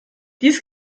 dies